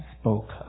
spoke